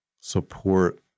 support